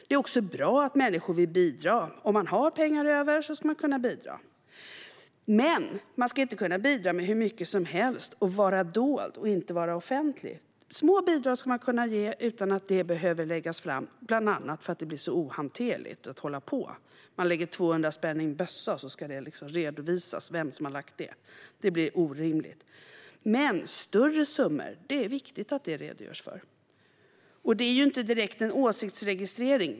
Det är också bra att människor vill bidra - om man har pengar över ska man kunna bidra. Men man ska inte kunna bidra med hur mycket som helst och vara dold i stället för offentlig. Små bidrag ska man kunna ge utan att de behöver läggas fram - bland annat för att det blir så ohanterligt att hålla på annars. Om någon lägger 200 spänn i en bössa och det ska redovisas vem som har gjort det blir det orimligt. Det är dock viktigt att man redogör för större summor. Det handlar inte heller direkt om åsiktsregistrering.